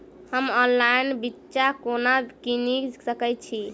हम ऑनलाइन बिच्चा कोना किनि सके छी?